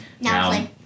now